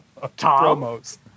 promos